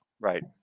right